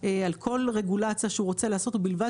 על כל רגולציה שהוא רוצה לעשות ובלבד